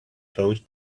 pouch